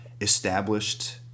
established